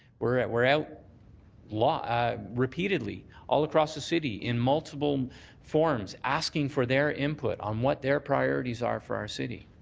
we're out we're out ah repeatedly all across the city in multiple forms asking for their input on what their priorities are for our city.